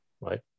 right